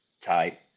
type